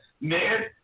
Man